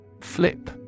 Flip